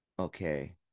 Okay